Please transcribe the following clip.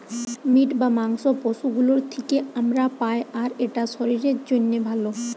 meet বা মাংস পশু গুলোর থিকে আমরা পাই আর এটা শরীরের জন্যে ভালো